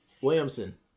Williamson